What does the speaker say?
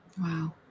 wow